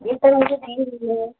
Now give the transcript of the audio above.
जी sir मुझे दिल्ली घूमना है